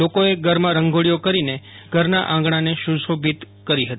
લોકોએ ઘરમાં રંગોળીઓ કરીને ગહ્રના આંગણાને સુશોભિત કરી હતી